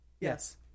Yes